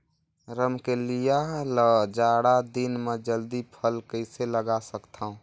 रमकलिया ल जाड़ा दिन म जल्दी फल कइसे लगा सकथव?